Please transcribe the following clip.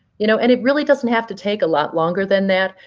you know and it really doesn't have to take a lot longer than that.